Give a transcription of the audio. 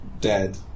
Dead